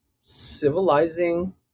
civilizing